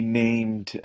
named